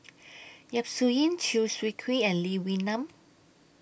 Yap Su Yin Chew Swee Kee and Lee Wee Nam